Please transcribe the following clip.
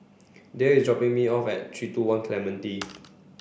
Dayle is dropping me off at three two one Clementi